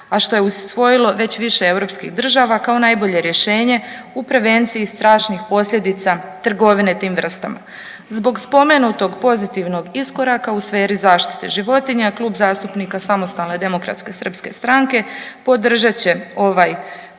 a što je usvojilo već više europskih država kao najbolje rješenje u prevenciji strašnih posljedica trgovine tim vrstama. Zbog spomenutog pozitivnog iskoraka u sferi zaštite životinja Klub zastupnika SDSS-a podržat će ovaj